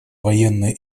военные